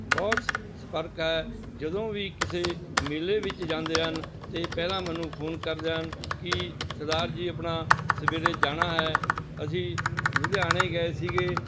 ਬਹੁਤ ਸ ਸੰਪਰਕ ਹੈ ਜਦੋਂ ਵੀ ਕਿਸੇ ਮੇਲੇ ਵਿੱਚ ਜਾਂਦੇ ਹਨ ਅਤੇ ਪਹਿਲਾਂ ਮੈਨੂੰ ਫੋਨ ਕਰਦੇ ਹਨ ਕਿ ਸਰਦਾਰ ਜੀ ਆਪਣਾ ਸਵੇਰੇ ਜਾਣਾ ਹੈ ਅਸੀਂ ਲੁਧਿਆਣੇ ਗਏ ਸੀਗੇ